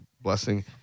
blessing